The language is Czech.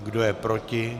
Kdo je proti?